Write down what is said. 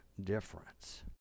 difference